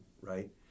right